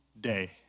day